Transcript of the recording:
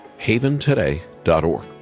haventoday.org